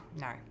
no